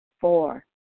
Four